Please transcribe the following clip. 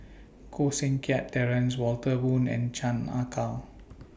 Koh Seng Kiat Terence Walter Woon and Chan Ah Kow